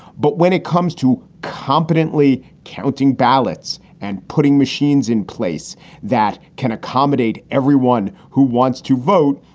but when it comes to competently counting ballots and putting machines in place that can accommodate everyone who wants to vote,